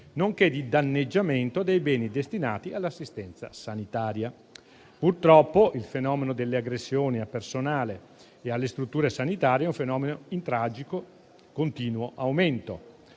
nonché di danneggiamento dei beni destinati all'assistenza sanitaria. Purtroppo, il fenomeno delle aggressioni al personale e alle strutture sanitarie è in tragico e continuo aumento.